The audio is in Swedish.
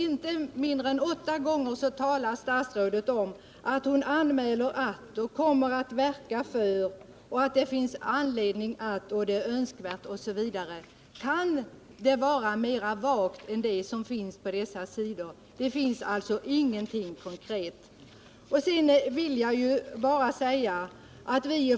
Inte mindre än åtta gånger använder statsrådet uttryck som ”anmäler att”, ”kommer att verka för” , ”det finns ingen anledning att”, ”det är önskvärt”, osv. Kan det vara mera vagt uttryckt än vad som sägs på dessa sidor? Här står ingenting konkret.